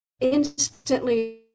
instantly